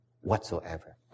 whatsoever